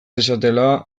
dezatela